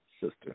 sister